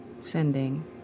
Sending